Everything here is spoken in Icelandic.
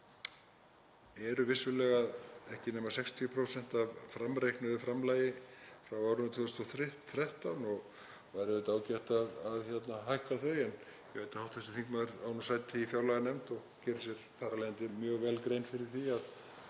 eru vissulega ekki nema 60% af framreiknuðu framlagi frá árinu 2013 og væri auðvitað ágætt að hækka þau. En ég veit að hv. þingmaður á sæti í fjárlaganefnd og gerir sér þar af leiðandi mjög vel grein fyrir því að